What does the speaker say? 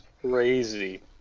crazy